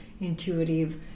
intuitive